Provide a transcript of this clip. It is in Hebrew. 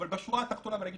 אבל בשורה התחתונה המטרה